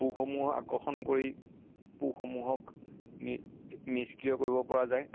পোকসমূহ আকৰ্ষণ কৰি পোকসমূহক নি নিষ্ক্ৰিয় কৰিব পৰা যায়